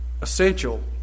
essential